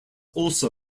also